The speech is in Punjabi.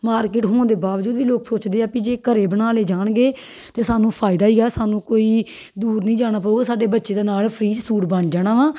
ਮਾਰਕੀਟ ਹੋਣ ਦੇ ਬਾਵਜੂਦ ਵੀ ਲੋਕ ਸੋਚਦੇ ਆ ਵੀ ਜੇ ਘਰੇ ਬਣਾ ਲੇ ਜਾਣਗੇ ਤਾਂ ਸਾਨੂੰ ਫਾਇਦਾ ਹੀ ਆ ਸਾਨੂੰ ਕੋਈ ਦੂਰ ਨੀ ਜਾਣਾ ਪਊਗਾ ਸਾਡੇ ਬੱਚੇ ਦੇ ਨਾਲ ਫ੍ਰੀ 'ਚ ਸੂਟ ਬਣ ਜਾਣਾ ਵਾ